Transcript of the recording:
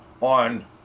on